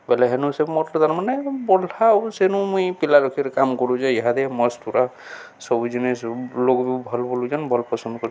ବଏଲେ ହେନୁ ସେ ମର୍ଟା ତାର୍ମାନେ ବଢ଼୍ଲା ଆଉ ସେନୁ ମୁଇଁ ପିଲା ରଖିକରି କାମ୍ କରୁଚେଁ ଇହାଦେ ମସ୍ତ୍ ପୁରା ସବୁ ଜିନିଷ୍ ଲୋକ୍ ବି ଭଲ୍ ବଲୁଚନ୍ ଭଲ୍ ପସନ୍ଦ୍ କରୁଚନ୍